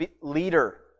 leader